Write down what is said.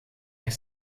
mais